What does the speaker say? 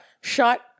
shut